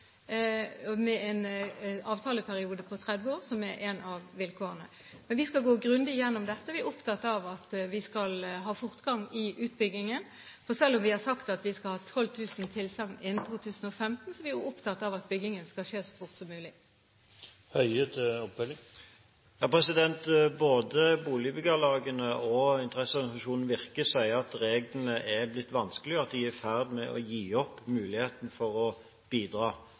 med en avtaleperiode på 30 år, som er ett av vilkårene. Men vi skal gå grundig gjennom dette. Vi er opptatt av at vi skal ha fortgang i utbyggingen. For selv om vi har sagt at vi skal ha 12 000 tilsagn innen 2015, er vi opptatt av at byggingen skal skje så fort som mulig. Både boligbyggelagene og interesseorganisasjonen Virke sier at reglene er blitt vanskeligere, og at de er i ferd med å gi opp muligheten til å bidra.